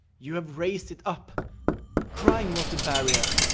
you have raised it up crime was the barrier,